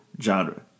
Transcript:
genre